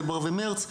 פברואר ומרץ",